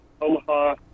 Omaha